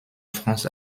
france